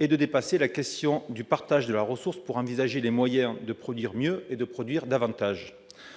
et de dépasser la question du partage de la ressource pour envisager les moyens de produire mieux et davantage.